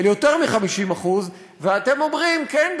יותר מ-50% ואתם אומרים: כן,